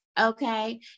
Okay